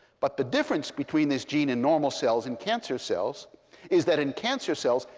but the difference between this gene in normal cells and cancer cells is that in cancer cells,